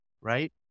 right